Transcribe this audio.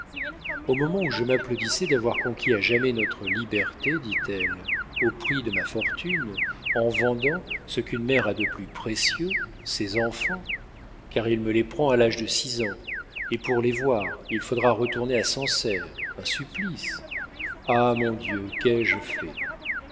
au moment où je m'applaudissais d'avoir conquis à jamais notre liberté dit-elle au prix de ma fortune en vendant ce qu'une mère a de plus précieux ses enfants car il me les prend à l'âge de six ans et pour les voir il faudra retourner à sancerre un supplice ah mon dieu qu'ai-je